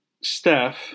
Steph